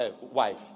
wife